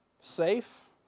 safe